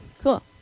Cool